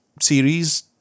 series